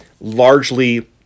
largely